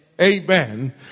amen